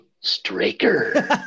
straker